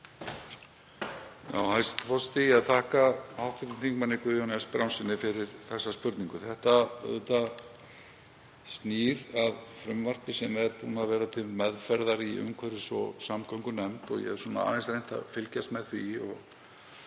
Þetta snýr að frumvarpi sem verið hefur til meðferðar í umhverfis- og samgöngunefnd og ég hef aðeins reynt að fylgjast með því.